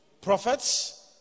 Prophets